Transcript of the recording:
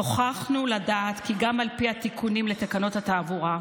נוכחנו לדעת כי גם על פי התיקונים לתקנות התעבורה,